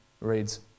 reads